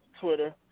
Twitter